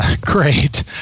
Great